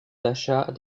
d’achat